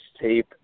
tape